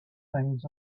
things